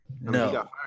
No